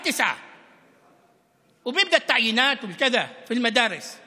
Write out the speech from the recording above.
1 בספטמבר ומתחילים במינויים כאלה ואחרים בבתי הספר.)